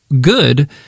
good